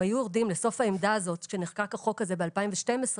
אם היו יורדים לסוף העמדה הזאת את נחקק החוק הזה בשנת 2012,